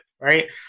Right